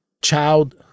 child